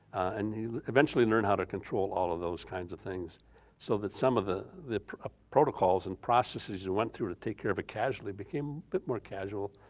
and eventually learn how to control all of those kinds of things so that some of the the ah protocols and processes we went through to take care of a casualty became a bit more casual,